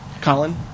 Colin